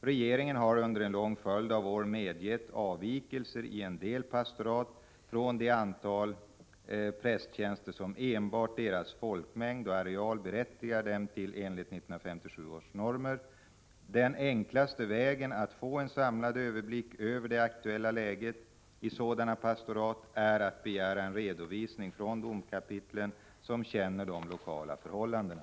Regeringen har under en lång följd av år medgett avvikelser i en del pastorat från det antal prästtjänster som enbart deras folkmängd och areal berättigar dem till enligt 1957 års normer. Den enklaste vägen att få en samlad överblick över det aktuella läget i sådana pastorat är att begära en redovisning från domkapitlen, som känner de lokala förhållandena.